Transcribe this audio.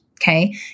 okay